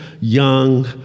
young